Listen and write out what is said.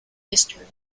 history